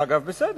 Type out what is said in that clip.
זה לא אסור,